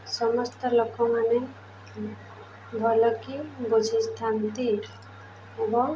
ସମସ୍ତ ଲୋକମାନେ ଭଲକି ବୁଝିଥାନ୍ତି ଏବଂ